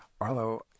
Arlo